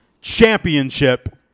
championship